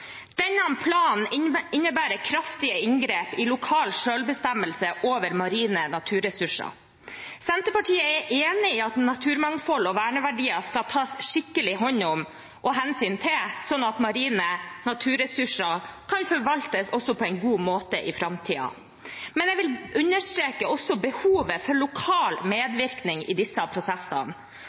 Denne planen innebærer kraftige inngrep i lokal selvbestemmelse over marine naturressurser. Senterpartiet er enig i at naturmangfold og verneverdier skal tas skikkelig hånd om og hensyn til sånn at marine naturressurser kan forvaltes på en god måte også i framtiden. Men jeg vil også understreke behovet for lokal medvirkning i disse prosessene